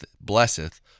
blesseth